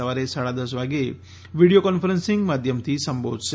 સવારે સાડા દસ વાગે વીડિયો કોન્ફરન્સિંગ માધ્યમથી સંબોધશે